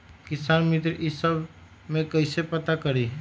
किसान मित्र ई सब मे कईसे पता करी?